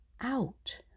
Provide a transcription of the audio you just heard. out